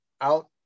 out